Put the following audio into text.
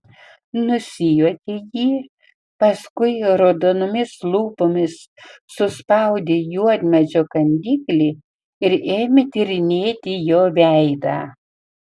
nusijuokė ji paskui raudonomis lūpomis suspaudė juodmedžio kandiklį ir ėmė tyrinėti jo veidą